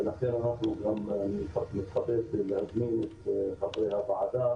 ולכן אנחנו גם נתכבד להזמין את חברי הוועדה